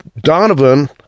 Donovan